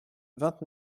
vingt